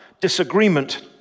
disagreement